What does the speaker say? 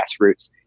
grassroots